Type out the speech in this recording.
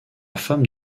femme